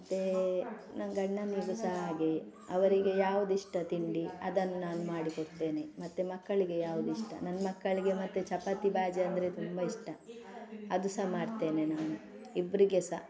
ಮತ್ತೆ ನನ್ನ ಗಂಡನಿಗೂ ಸಹ ಆಗೆಯೇ ಅವರಿಗೆ ಯಾವುದಿಷ್ಟ ತಿಂಡಿ ಅದನ್ನು ನಾನು ಮಾಡಿ ಕೊಡ್ತೇನೆ ಮತ್ತೆ ಮಕ್ಕಳಿಗೆ ಯಾವುದಿಷ್ಟ ನನ್ನ ಮಕ್ಕಳಿಗೆ ಮತ್ತೆ ಚಪಾತಿ ಬಾಜಿ ಅಂದರೆ ತುಂಬ ಇಷ್ಟ ಅದು ಸಹ ಮಾಡ್ತೇನೆ ನಾನು ಇಬ್ಬರಿಗೆ ಸಹ